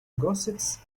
gossips